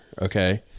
okay